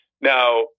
Now